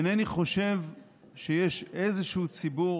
אינני חושב שיש איזשהו ציבור